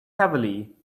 heavily